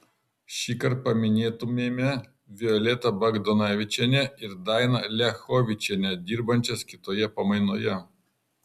šįkart paminėtumėme violetą bagdonavičienę ir dainą liachovičienę dirbančias kitoje pamainoje